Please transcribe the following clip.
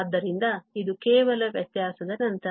ಆದ್ದರಿಂದ ಇದು ಕೇವಲ ವ್ಯತ್ಯಾಸದ ನಂತರ